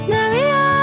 Maria